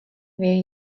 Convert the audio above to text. wie